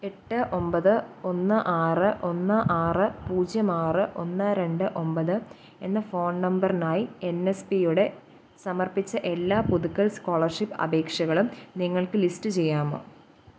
എട്ട് ഒൻപത് ഒന്ന് ആറ് ഒന്ന് ആറ് പൂജ്യം ആറ് ഒന്ന് രണ്ട് ഒൻപത് എന്ന ഫോൺ നമ്പറിനായി എൻ എസ് പി യുടെ സമർപ്പിച്ച എല്ലാ പുതുക്കൽ സ്കോളർഷിപ്പ് അപേക്ഷകളും നിങ്ങൾക്ക് ലിസ്റ്റ് ചെയ്യാമോ